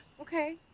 Okay